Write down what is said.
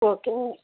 ஓகேங்க